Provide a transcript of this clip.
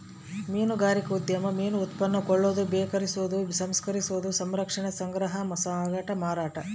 ಮೀನುಗಾರಿಕಾ ಉದ್ಯಮ ಮೀನು ಉತ್ಪನ್ನ ಕೊಳ್ಳೋದು ಬೆಕೆಸೋದು ಸಂಸ್ಕರಿಸೋದು ಸಂರಕ್ಷಣೆ ಸಂಗ್ರಹ ಸಾಗಾಟ ಮಾರಾಟ